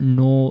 no